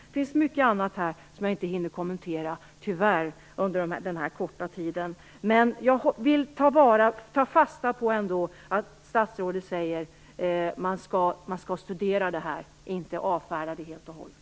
Det finns mycket annat som jag tyvärr inte hinner kommentera. Jag vill ändå ta fasta på det statsrådet sade, att man skall studera det här, inte avfärda det helt och hållet.